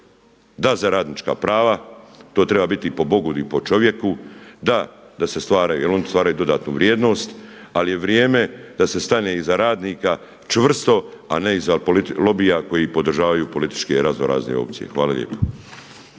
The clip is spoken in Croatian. Da, za radnička prava, to treba biti i po Bogu i po čovjeku, da da se stvaraju, jer oni stvaraju dodatnu vrijednost ali je vrijeme da se stane iza radnika čvrsto a ne iza lobija koji podržavaju političke razno razne opcije. Hvala lijepo.